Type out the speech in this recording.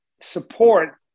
support